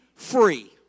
free